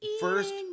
First